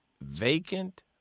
vacant